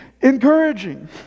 encouraging